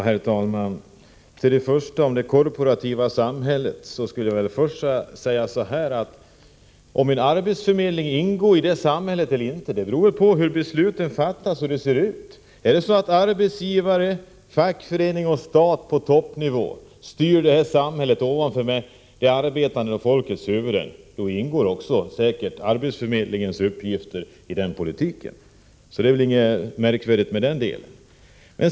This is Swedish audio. Herr talman! När det gäller det korporativa samhället skulle jag vilja säga att om en arbetsförmedling ingår i det samhället eller inte, beror på hur besluten fattas. Är det så att arbetsgivare, fackförening och stat på toppnivå styr samhället ovanför det arbetande folkets huvuden ingår säkert också arbetsförmedlingens uppgifter i den politiken. Det är väl inget märkvärdigt med det.